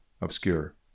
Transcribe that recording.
obscure